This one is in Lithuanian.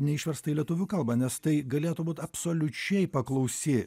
neišversta į lietuvių kalbą nes tai galėtų būt absoliučiai paklausi